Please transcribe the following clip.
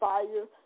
Fire